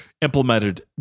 implemented